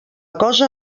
cosa